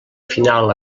final